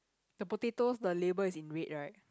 the potatoes the label is in red right